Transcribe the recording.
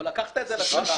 אבל לקחת את זה על עצמך.